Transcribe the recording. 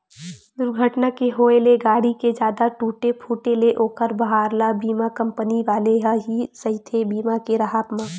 दूरघटना के होय ले गाड़ी के जादा टूटे फूटे ले ओखर भार ल बीमा कंपनी वाले ह ही सहिथे बीमा के राहब म